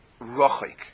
rochik